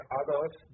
others